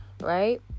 right